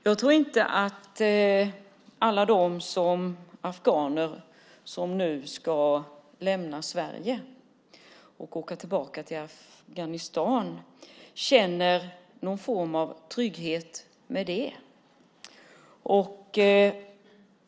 Jag tror inte att alla de afghaner som nu ska lämna Sverige och åka tillbaka till Afghanistan känner någon trygghet med det.